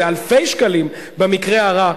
אלפי שקלים במקרה הרע.